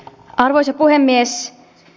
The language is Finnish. arvoisa puhemies